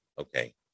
Okay